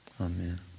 Amen